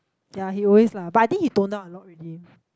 ya he always lah but I think he tone down a lot already